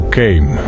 came